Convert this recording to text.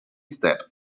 step